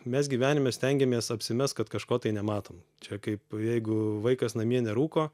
mes gyvenime stengiamės apsimest kad kažko tai nematom čia kaip jeigu vaikas namie nerūko